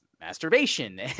masturbation